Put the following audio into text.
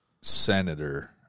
senator